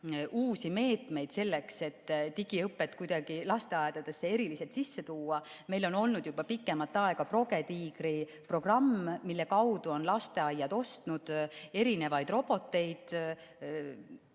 uusi meetmeid selleks, et digiõpet kuidagi lasteaedadesse eriliselt sisse tuua. Meil on olnud juba pikemat aega ProgeTiigri programm, mille kaudu on lasteaiad ostnud erinevaid roboteid.